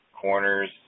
corners